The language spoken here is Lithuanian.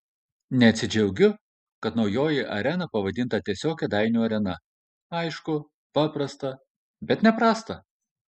neatsidžiaugiu kad naujoji arena pavadinta tiesiog kėdainių arena aišku paprasta bet ne prasta